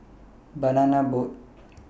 Banana Boat